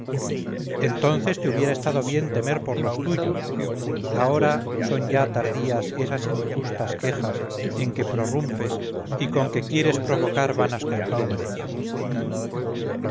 entonces te hubiera estado bien temer por los tuyos ahora son ya tardías esas injustas quejas en que prorrumpes y con que quieres provocar vanas contiendas